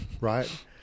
right